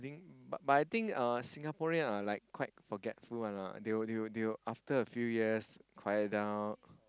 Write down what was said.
but I think uh Singaporean are like quite forgetful [one] lah they will they will they will after a few years they will quiet down